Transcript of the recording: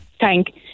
Thank